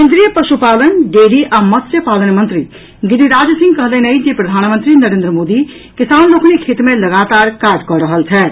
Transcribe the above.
केंद्रीय पशुपालन डेयरी आ मत्स्य पालन मंत्री गिरिराज सिंह कहलनि अछि जे प्रधानमंत्री नरेंद्र मोदी किसान लोकनिक हित मे लगातार काज कऽ रहल छथि